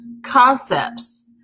concepts